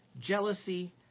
jealousy